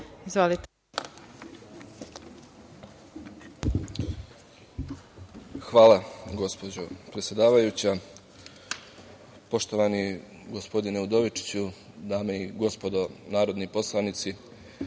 Hvala, gospođo predsedavajuća. Poštovani gospodine Udovičiću, dame i gospodo narodni poslanici,